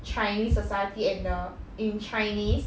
chinese society and the in chinese